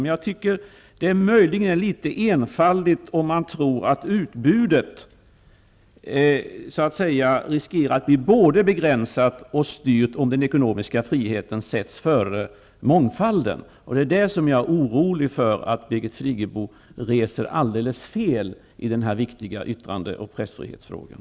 Det är enligt min mening möjligen litet enfaldigt att tro att utbudet riskerar att bli både begränsat och styrt om den ekonomiska friheten sätts före mångfalden. Det är på den punkten jag är orolig för att Birgit Friggebo tänker alldeles fel i den här viktiga yttrande och pressfrihetsfrågan.